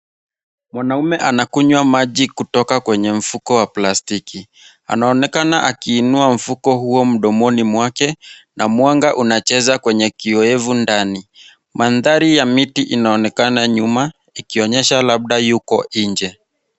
Mwanamume anakunywa maji kutoka kwenye mfuko wa plastiki. Anaonekana akiinua mfuko huo mdomoni mwake, na mwanga unacheza kwenye kiyowevu ndani. Mandhari ya miti inaonekana nyuma ikionyesha labda yuko nje.